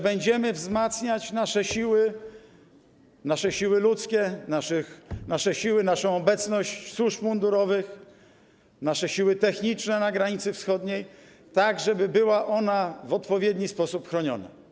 Będziemy wzmacniać nasze siły, nasze siły ludzkie, naszą obecność służb mundurowych, nasze siły techniczne na granicy wschodniej, tak żeby była ona w odpowiedni sposób chroniona.